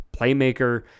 playmaker